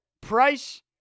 Price